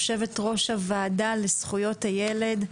יושבת-ראש הוועדה לזכויות הילד,